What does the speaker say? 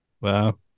Wow